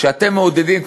שאתם מעודדים,